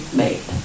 made